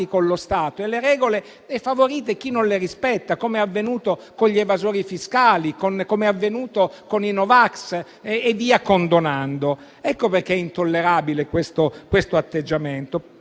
con lo Stato e le regole, ma favorite chi non li rispetta, come è avvenuto con gli evasori fiscali, con i no vax e via condonando. Ecco perché è intollerabile questo atteggiamento.